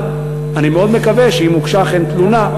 אבל אני מאוד מקווה שאם אכן הוגשה תלונה,